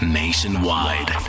nationwide